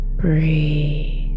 Breathe